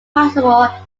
possible